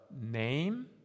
name